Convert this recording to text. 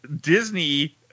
Disney